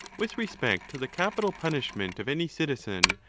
with respect to the capital punishment of any citizen,